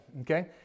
Okay